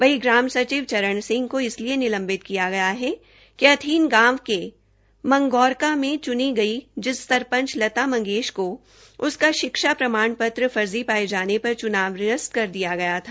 वहीं ग्राम सचिव चरण सिह को इसलिए निलंवित किया गया है कि हथीन गांव के मंगोरका मे चूनी गई जिस सरपंच लता मंगेश को उसका शिक्षा प्रमाण पत्र फर्जी पाये जाने पर च्नाव निरस्त कर दिया गया था